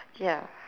ya